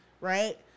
Right